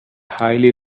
highly